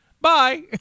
Bye